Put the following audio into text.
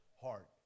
heart